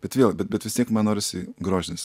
bet vėl bet bet vis tiek man norisi grožinės